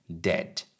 dead